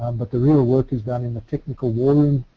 um but the real work is done in the technical war room,